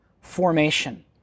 formation